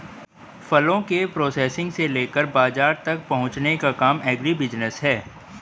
फलों के प्रोसेसिंग से लेकर बाजार तक पहुंचने का काम एग्रीबिजनेस है